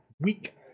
week